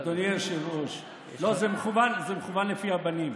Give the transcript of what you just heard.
אדוני היושב-ראש, זה מכוון לפי הבנים.